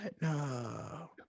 No